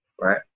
right